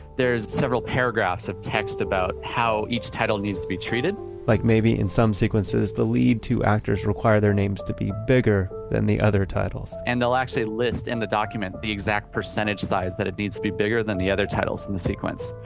there's several paragraphs of text about how each title needs to be treated like maybe in some sequences, the lead two actors require their names to be bigger than the other titles and they'll actually list in the document the exact percentage size that it needs to be bigger than the other titles in the sequence.